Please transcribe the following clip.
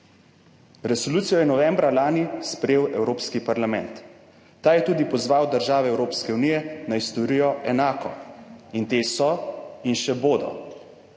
Resolucijo je novembra lani sprejel Evropski parlament. Ta je tudi pozval države Evropske unije, naj storijo enako in te so in še bodo.